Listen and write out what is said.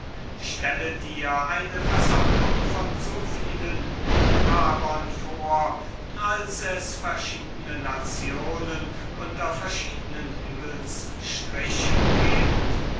stelle dir eine versammlung von so vielen liebhabern vor als es verschiedne nationen unter verschiednen himmelsstrichen gibt